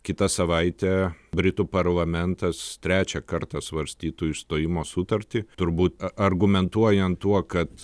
kitą savaitę britų parlamentas trečią kartą svarstytų išstojimo sutartį turbūt argumentuojant tuo kad